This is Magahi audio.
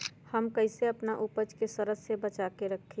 हम कईसे अपना उपज के सरद से बचा के रखी?